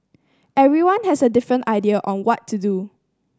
everyone has a different idea on what to do